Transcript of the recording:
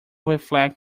reflect